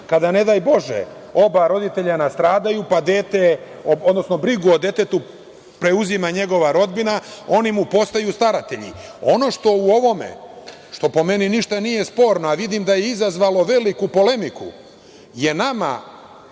kada ne daj bože oba roditelja nastradaju, pa brigu o detetu preuzima njegova rodbina, oni mu postaju staratelji. Ono što je u ovome, što po meni ništa nije sporno, a vidim da je izazvalo veliku polemiku, nama